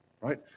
right